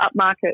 upmarket